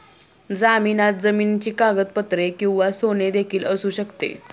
जामिनात जमिनीची कागदपत्रे किंवा सोने देखील असू शकते